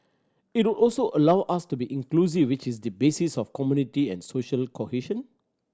it would also allow us to be inclusive which is the basis of community and social cohesion